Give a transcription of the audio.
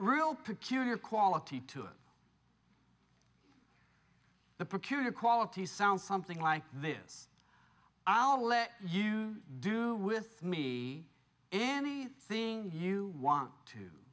real peculiar quality to it the procurator quality sound something like this i'll let you do with me any thing you want to